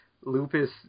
Lupus